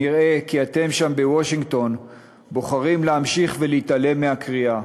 נראה כי אתם שם בוושינגטון בוחרים להמשיך ולהתעלם מהקריאה.